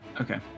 Okay